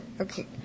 okay